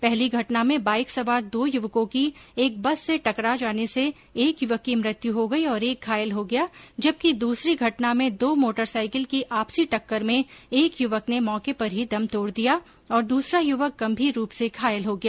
पहली घटना में बाईक संवार दो युवको की एक बेस से टकरा जाने से एक युवक की मृत्यू हो गई और एक घायल हो गया जबकि दूसरी घटना में दो मोटरसाईकिल की आपसी टंक्कर में एक युवक ने मौके पर ही दम तौड दिया और दूसरा युवक गंभीर रूप से घायल हो गया